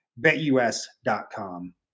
Betus.com